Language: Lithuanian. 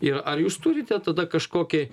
ir ar jūs turite tada kažkokį